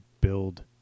build